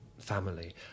family